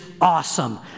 awesome